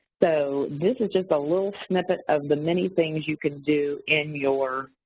so, this is just a little snippet of the many things you can do in your